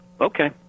okay